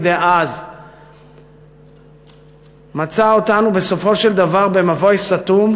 דאז מצאו אותנו בסופו של דבר במבוי סתום,